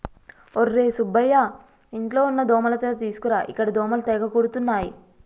ఒర్రే సుబ్బయ్య ఇంట్లో ఉన్న దోమల తెర తీసుకురా ఇక్కడ దోమలు తెగ కుడుతున్నాయి